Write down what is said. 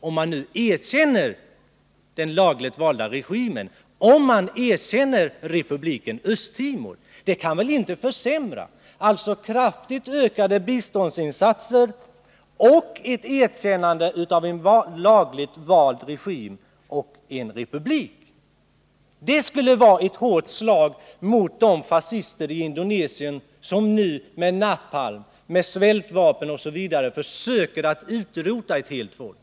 Kraftigt ökade biståndsinsatser och ett erkännande av en lagligt vald regim kan väl inte försämra republikens chanser. Det skulle dessutom vara ett hårt slag mot de fascister i Indonesien som nu med napalm, svältvapen osv. försöker utrota ett helt folk.